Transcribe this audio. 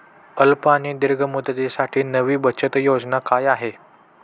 अल्प आणि दीर्घ मुदतीसाठी नवी बचत योजना काय आहे?